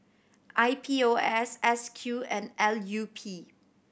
I P O S S Q and L U P